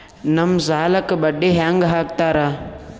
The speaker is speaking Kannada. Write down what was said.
ನಮ್ ಸಾಲಕ್ ಬಡ್ಡಿ ಹ್ಯಾಂಗ ಹಾಕ್ತಾರ?